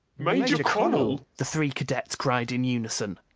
major connel! the three cadets cried in unison.